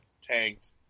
tanked